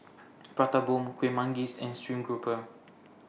Prata Bomb Kuih Manggis and Stream Grouper